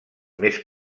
més